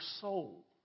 soul